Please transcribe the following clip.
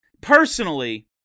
personally